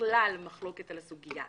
בכלל מחלוקת בסוגיה.